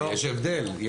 יש הבדל.